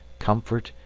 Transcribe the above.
comfort,